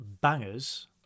bangers